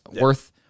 Worth